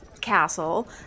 castle